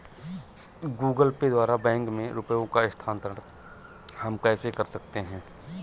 Google Pay द्वारा bank में रुपयों का स्थानांतरण हम कैसे कर सकते हैं?